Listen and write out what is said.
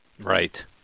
Right